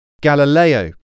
Galileo